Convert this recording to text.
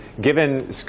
given